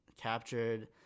captured